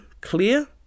clear